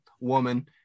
woman